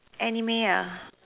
Anime ah